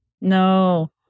no